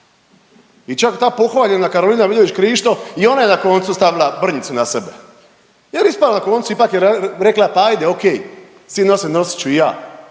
I čak ta pohvaljena Karolina Vidović Krišto i ona je na koncu stavila brnjicu na sebe jer ispala na koncu ipak je rekla pa ajde ok svi nose nosit ću i ja,